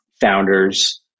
founders